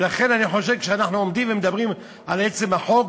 ולכן אני חושב שכשאנחנו עומדים ומדברים על עצם החוק,